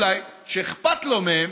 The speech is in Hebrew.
אולי, שאכפת לו מהם,